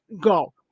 Go